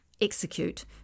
execute